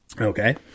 Okay